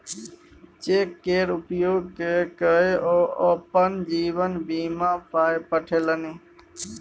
cheque केर उपयोग क कए ओ अपन जीवन बीमाक पाय पठेलनि